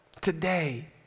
Today